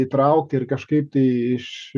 įtraukti ir kažkaip tai iš